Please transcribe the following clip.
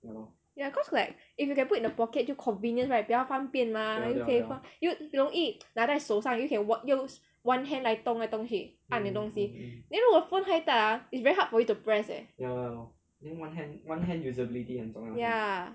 ya cause like if you can put in the pocket 就 convenient right 比较方便 mah 又可以放又容易拿在手上又可以 on~ 用 one hand 来动来动去按你东西 then 如果 phone 太大 ah is very hard for you to press eh ya